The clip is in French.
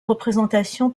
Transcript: représentation